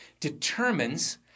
determines